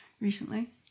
recently